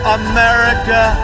america